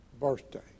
birthday